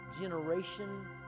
generation